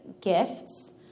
gifts